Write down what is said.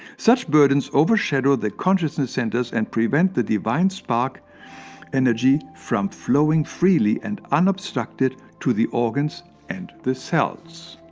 such burdens overshadow the consciousness centers and prevent the divine spirit energy from flowing freely and unobstructed to the organs and the cells.